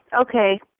okay